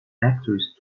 actress